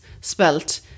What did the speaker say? spelt